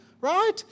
right